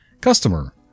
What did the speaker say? Customer